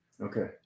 Okay